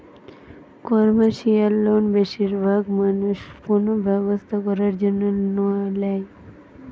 commercial loan বেশিরভাগ মানুষ কোনো ব্যবসা করার জন্য ল্যায়